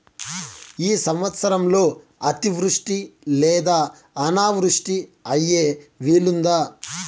ఈ సంవత్సరంలో అతివృష్టి లేదా అనావృష్టి అయ్యే వీలుందా?